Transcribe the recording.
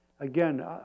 Again